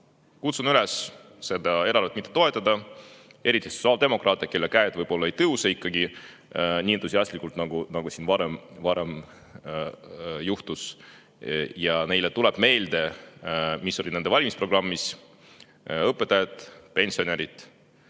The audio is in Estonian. kutsun üles seda eelarvet mitte toetama, eriti sotsiaaldemokraate, kelle käed võib-olla ei tõuse ikkagi nii entusiastlikult, nagu siin varem juhtus, ja neile tuleb meelde, mis oli nende valimisprogrammis: õpetajate, pensionäride,